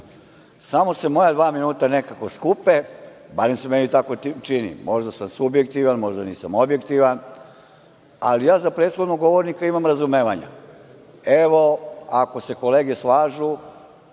Samo se moja dva minuta nekako skupe, barem se meni tako čini, možda sam subjektivan, možda nisam objektivan, ali ja za prethodnog govornika imam razumevanja. Evo, ako se kolege slažu